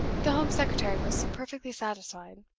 the home secretary was perfectly satisfied.